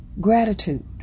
Gratitude